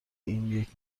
اینیک